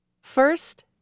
First